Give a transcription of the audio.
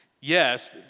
yes